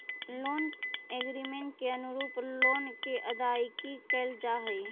loan agreement के अनुरूप loan के अदायगी कैल जा हई